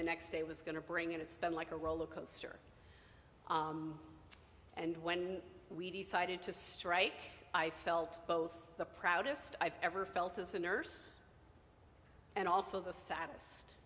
the next day was going to bring in it's been like a roller coaster and when we decided to strike i felt both the proudest i've ever felt as a nurse and also the saddest